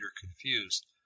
confused